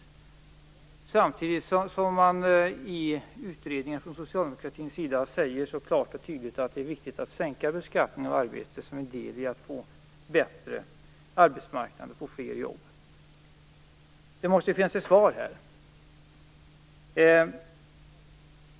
Samtidigt säger man ju i utredningen klart och tydligt från socialdemokratins sida att det är viktigt att sänka beskattningen av arbete som en del i att få en bättre arbetsmarknad och fler jobb. Det måste ju finnas ett svar här.